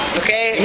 okay